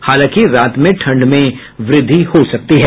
हालांकि रात में ठंड में वृद्धि हो सकती है